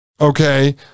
okay